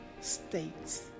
states